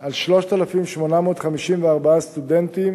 על 3,854 סטודנטים